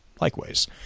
likewise